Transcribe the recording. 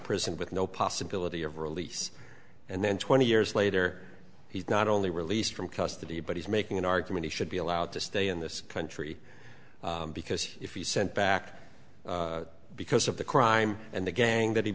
prison with no possibility of release and then twenty years later he's not only released from custody but he's making an argument he should be allowed to stay in this country because if he sent back because of the crime and the gang that he